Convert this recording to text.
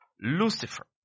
Lucifer